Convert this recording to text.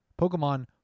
Pokemon